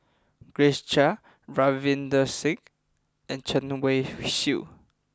Grace Chia Ravinder Singh and Chen Wen Hsi